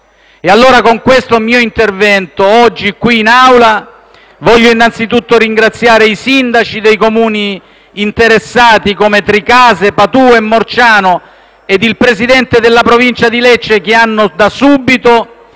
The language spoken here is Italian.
vittime. Con questo mio intervento oggi qui in Aula desidero innanzitutto ringraziare i sindaci dei Comuni interessati, come Tricase, Patù e Morciano, ed il presidente della Provincia di Lecce, che hanno da subito